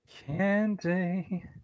Candy